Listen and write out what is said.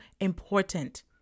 important